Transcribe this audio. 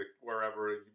wherever